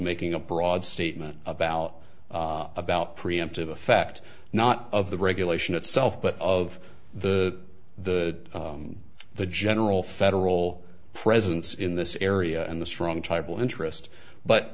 making a broad statement about about preemptive effect not of the regulation itself but of the the the general federal presence in this area and the strong tribal interest but